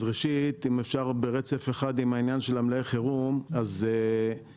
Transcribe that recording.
אז ראשית אם אפשר רק ברצף אחד עם העניין של המלאי חירום אז המדיניות